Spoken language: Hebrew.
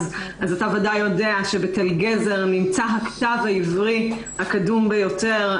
אז אתה ודאי יודע שבתל גזר נמצא הכתב העברי הקדום ביותר,